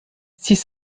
six